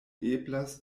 eblas